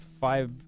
five